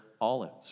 olives